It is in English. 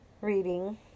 reading